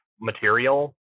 material